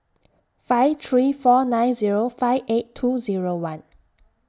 five three four nine Zero five eight two Zero one